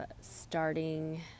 starting